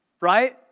right